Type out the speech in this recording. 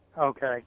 Okay